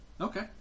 Okay